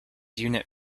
unit